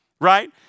right